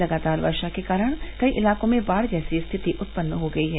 लगातार वर्षा के कारण कई इलाकों में बाढ़ जैसी स्थिति उत्पन्न हो गई है